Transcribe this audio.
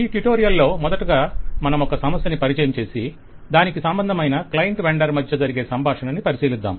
ఈ ట్యుటోరియల్లో మొదటగా మనం ఒక సమస్యని పరిచయం చేసి దానికి సంబందమైన క్లయింట్ వెండర్ మధ్య సంభాషణని పరిశీలిద్దాం